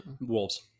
Wolves